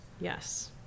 Yes